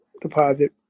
deposit